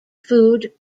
food